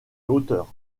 hauteur